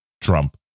Trump